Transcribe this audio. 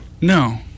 No